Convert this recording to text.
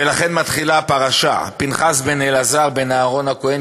ולכן מתחילה הפרשה: פנחס בן אלעזר בן אהרן הכהן,